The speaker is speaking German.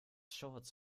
shorts